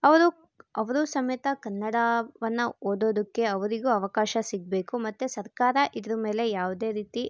ಅವರು ಅವರೂ ಸಮೇತ ಕನ್ನಡವನ್ನ ಓದೋದಕ್ಕೆ ಅವರಿಗೂ ಅವಕಾಶ ಸಿಗಬೇಕು ಮತ್ತು ಸರ್ಕಾರ ಇದ್ರ ಮೇಲೆ ಯಾವುದೇ ರೀತಿ